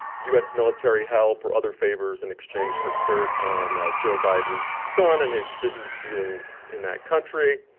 us military help or other favors in exchange for dirt on joe biden's son and his business dealings in that country.